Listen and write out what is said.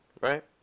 Right